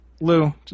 Lou